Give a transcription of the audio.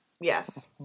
Yes